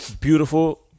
Beautiful